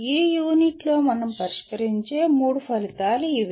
ఈ యూనిట్లో మనం పరిష్కరించే మూడు ఫలితాలు ఇవి